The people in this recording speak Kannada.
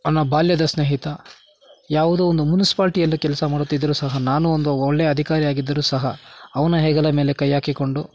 ನನ್ನ ಬಾಲ್ಯದ ಸ್ನೇಹಿತ ಯಾವುದೋ ಒಂದು ಮುನಸ್ಪಾಲ್ಟಿಯಲ್ಲಿ ಕೆಲಸ ಮಾಡುತ್ತಿದ್ದರೂ ಸಹ ನಾನು ಒಂದು ಒಳ್ಳೆಯ ಅಧಿಕಾರಿ ಆಗಿದ್ದರೂ ಸಹ ಅವನ ಹೆಗಲ ಮೇಲೆ ಕೈ ಹಾಕಿಕೊಂಡು